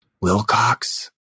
Wilcox